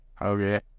Okay